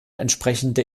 entsprechende